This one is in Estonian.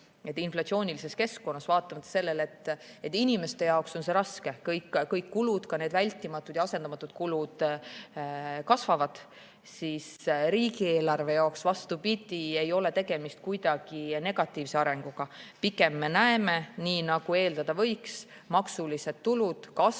inflatsioonilises keskkonnas olid, et kuigi inimeste jaoks on see raske, kõik kulud, ka need vältimatud ja asendamatud kulud kasvavad, siis riigieelarve jaoks, vastupidi, ei ole tegemist kuidagi negatiivse arenguga. Pigem me näeme, nii nagu eeldada võibki, et maksutulud kasvavad